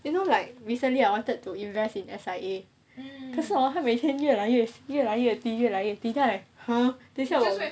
you know like recently I wanted to invest in S_I_A 可是 hor 他每天还每天越来越越来越低越来越低 then I'm like !huh! 等下我